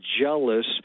jealous